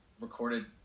recorded